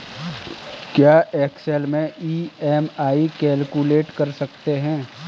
क्या एक्सेल में EMI calculate कर सकते हैं?